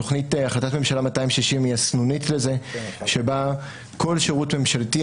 תכנית החלטת הממשלה 260 היא הסנונית לזה שבה כל שירות ממשלתי,